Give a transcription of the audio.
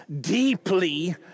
deeply